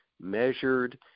measured